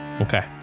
okay